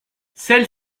celle